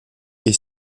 est